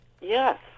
Yes